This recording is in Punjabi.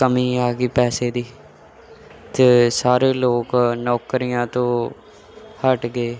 ਕਮੀ ਆ ਗਈ ਪੈਸੇ ਦੀ ਅਤੇ ਸਾਰੇ ਲੋਕ ਨੌਕਰੀਆਂ ਤੋਂ ਹਟ ਗਏ